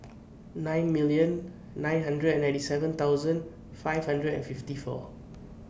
nine million nine hundred and ninety seven thousand five hundred and fifty four